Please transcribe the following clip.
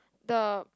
the